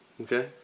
okay